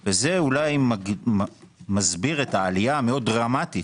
ו זה אולי מסביר את העלייה המאוד דרמטית